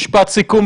משפט סיכום,